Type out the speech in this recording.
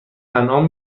انعام